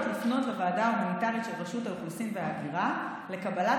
לפנות לוועדה ההומניטרית של רשות האוכלוסין וההגירה לקבלת